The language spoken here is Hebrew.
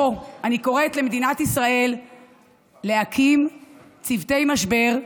אני קוראת מפה למדינת ישראל להקים צוותי משבר,